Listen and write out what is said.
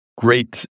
great